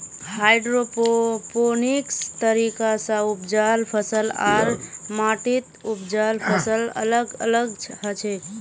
hydroponics तरीका स उपजाल फसल आर माटीत उपजाल फसल अलग अलग हछेक